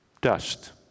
dust